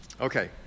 Okay